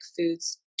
foods